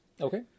Okay